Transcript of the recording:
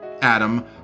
Adam